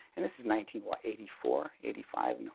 and this is nineteen what eighty four, eighty five?